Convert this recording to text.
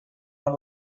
when